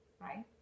right